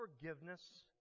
forgiveness